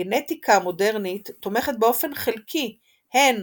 הגנטיקה המודרנית תומכת באופן חלקי הן